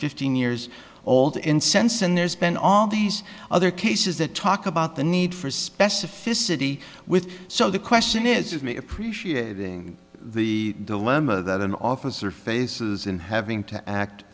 fifteen years old incense and there's been all these other cases that talk about the need for specificity with so the question is is me appreciating the dilemma that an officer faces and having to act